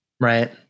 Right